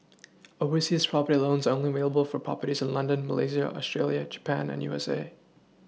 overseas property loans are only available for properties in London Malaysia Australia Japan and U S A